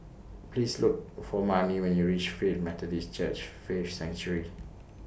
Please Look For Marni when YOU REACH Faith Methodist Church Faith Sanctuary